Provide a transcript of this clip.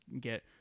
get